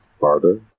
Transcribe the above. barter